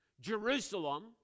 Jerusalem